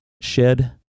Shed